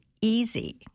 easy